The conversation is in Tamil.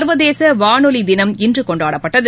சர்வதேச வானொலி தினம் இன்று கொண்டாடப்பட்டது